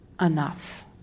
enough